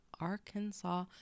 arkansas